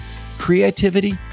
creativity